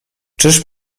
czyż